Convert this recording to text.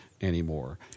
anymore